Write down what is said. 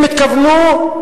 הם התכוונו,